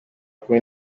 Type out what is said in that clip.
kumi